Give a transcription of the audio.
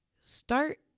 Start